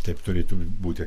taip turėtų būti